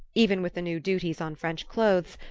even with the new duties on french clothes,